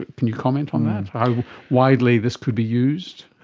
can you comment on that, how widely this could be used?